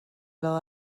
fel